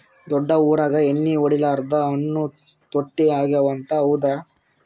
ದೊಡ್ಡ ಊರಾಗ ಎಣ್ಣಿ ಹೊಡಿಲಾರ್ದ ಹಣ್ಣು ತುಟ್ಟಿ ಅಗವ ಅಂತ, ಹೌದ್ರ್ಯಾ?